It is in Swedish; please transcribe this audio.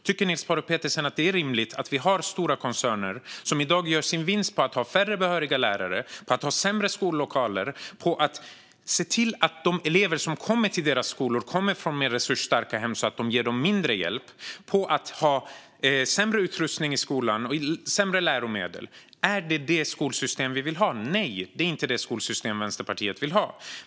Tycker Niels Paarup-Petersen att det är rimligt att vi har stora koncerner som i dag gör sin vinst på att ha färre behöriga lärare, på att ha sämre skollokaler, på att se till att de elever som kommer till deras skolor kommer från mer resursstarka hem, så att man kan ge dem mindre hjälp, och på att ha sämre utrustning och sämre läromedel i skolan? Är det detta skolsystem vi vill ha? Nej, det är inte det skolsystem Vänsterpartiet vill ha.